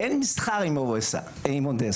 אין מסחר עם אודסה.